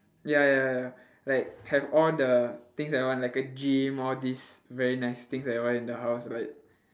ya ya ya like have all the things that I want like a gym all these very nice things I want in the house like